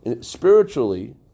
spiritually